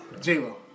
J-Lo